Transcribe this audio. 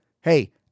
hey